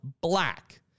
black